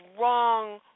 wrong